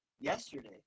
yesterday